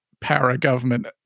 para-government